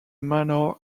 manor